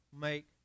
make